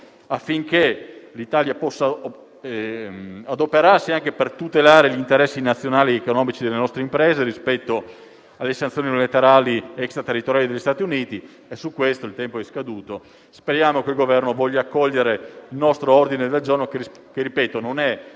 affinché l'Italia possa adoperarsi per tutelare gli interessi nazionali ed economici delle nostre imprese rispetto alle sanzioni unilaterali extraterritoriali degli Stati Uniti. Speriamo che il Governo voglia accogliere il nostro ordine del giorno che - ripeto - non è